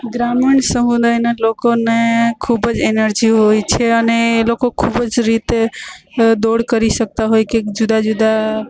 ગ્રામીણ સમુદાયના લોકોને ખૂબ જ એનર્જી હોય છે અને એ લોકો ખૂબ જ રીતે દોડ કરી શકતા હોય કે જુદા જુદા